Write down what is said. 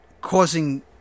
causing